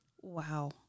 Wow